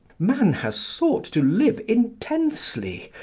man has sought to live intensely,